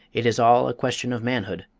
it is all a question of manhood,